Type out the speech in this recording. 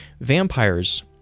vampires